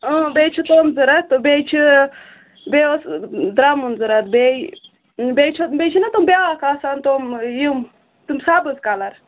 بیٚیہِ چھِ تِم ضروٗرت بیٚیہِ چھِ بیٚیہِ اوس درمُن ضروٗرت بیٚیہِ چھُِ بیٚیہِ چھُنا تِم بیٛاکھ آسان تِم یِم تِم سَبٔز کَلر